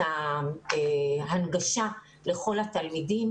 ההנגשה לכל התלמידים.